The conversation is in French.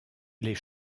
les